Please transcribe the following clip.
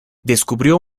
descubrió